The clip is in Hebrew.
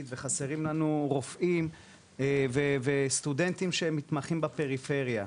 וחסרים לנו רופאים וסטודנטים שמתמחים בפריפריה.